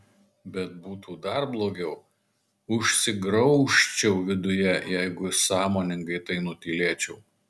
bet būtų dar blogiau užsigraužčiau viduje jeigu sąmoningai tai nutylėčiau